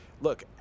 look